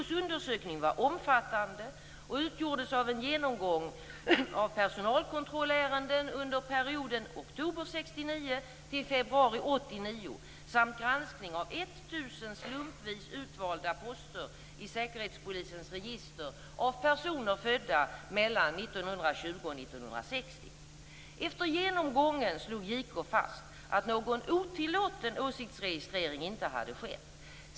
JK:s undersökning var omfattande och utgjordes av en genomgång av personalkontrollärenden under perioden oktober 1969 JK fast att någon otillåten åsiktsregistrering inte hade skett.